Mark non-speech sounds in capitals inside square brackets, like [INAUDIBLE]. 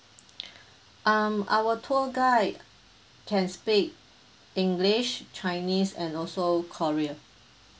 [BREATH] um our tour guide can speak english chinese and also korea